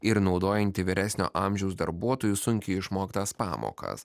ir naudojanti vyresnio amžiaus darbuotojų sunkiai išmoktas pamokas